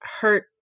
hurt